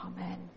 Amen